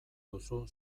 duzu